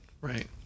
Right